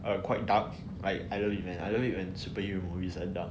are quite dark like I love it man I love it when superhero movies are dark